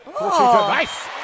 Nice